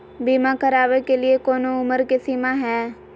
बीमा करावे के लिए कोनो उमर के सीमा है?